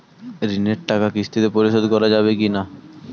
ঋণের টাকা কিস্তিতে পরিশোধ করা যাবে কি না?